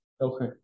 okay